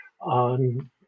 on